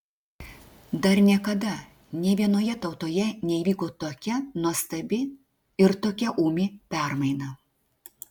dar niekada nė vienoje tautoje neįvyko tokia nuostabi ir tokia ūmi permaina